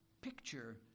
picture